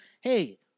hey